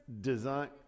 design